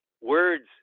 words